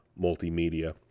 multimedia